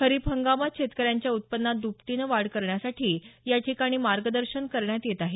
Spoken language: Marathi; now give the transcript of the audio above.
खरीप हंगामात शेतकऱ्यांच्या उत्पन्नात द्पटीनं वाढ करण्यासाठी मार्गदर्शन करण्यात येत आहे